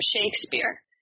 Shakespeare